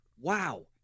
wow